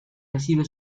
recibe